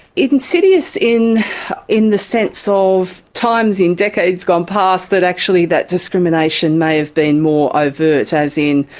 insidious in in the sense so of times in decades gone past that actually that discrimination may have been more overt. as in,